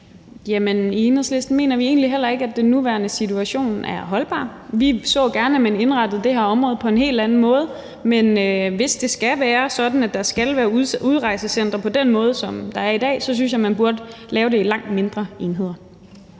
Jamen i Enhedslisten mener vi egentlig heller ikke, at den nuværende situation er holdbar. Vi så gerne, at man indrettede det her område på en helt anden måde, men hvis det skal være sådan, at der skal være udrejsecentre på den måde, der i dag, så synes jeg, at man burde lave det i langt mindre enheder.